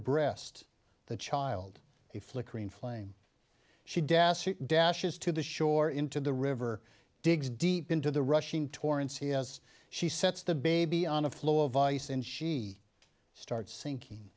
breast the child a flickering flame she das dashes to the shore into the river digs deep into the rushing torrent see as she sets the baby on a floor of ice and she starts sinking